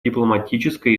дипломатической